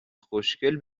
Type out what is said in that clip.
خوشگل